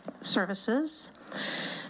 services